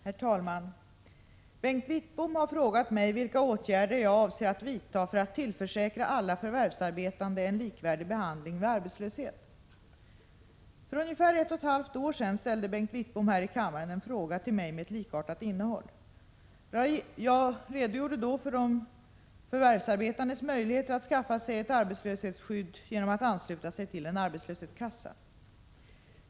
Herr talman! Bengt Wittbom har frågat mig vilka åtgärder jag avser att vidta för att tillförsäkra alla förvärvsarbetande en likvärdig behandling vid arbetslöshet. För ungefär ett och ett halvt år sedan ställde Bengt Wittbom här i kammaren en fråga till mig med ett likartat innehåll. Jag redogjorde då för de förvärvsarbetandes möjligheter att skaffa sig ett arbetslöshetsskydd genom att ansluta sig till en arbetslöshetskassa.